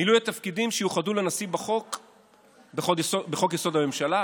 מילוי התפקידים שיוחדו לנשיא בחוק-יסוד: הממשלה,